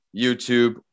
YouTube